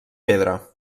pedra